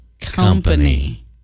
company